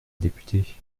députée